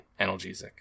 analgesic